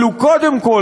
אבל הוא קודם כול,